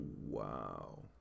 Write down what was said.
wow